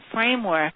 framework